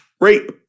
Rape